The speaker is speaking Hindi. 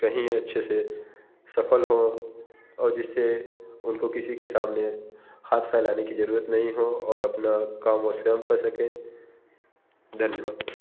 कहीं अच्छे से सफल हों और जिससे उनको किसी के सामने हाथ फैलाने की ज़रूरत नहीं हो और अपना काम वो स्वयं कर सकें धन्यवाद